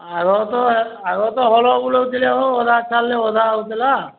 ଆଗତ ହେ ଆଗ ତ ହଳ ବୁଲାଉଥିଲେ ହୋ ଅଧା ଛାଡ଼ିଲେ ଅଧା ହେଉଥିଲା